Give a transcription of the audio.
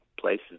places